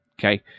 okay